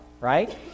right